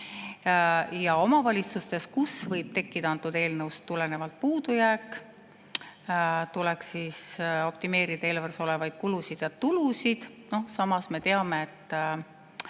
Ja omavalitsustes, kus võib tekkida antud eelnõust tulenevalt puudujääk, tuleks optimeerida eelarves olevaid kulusid ja tulusid. Samas me teame ka, et